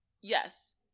Yes